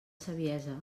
saviesa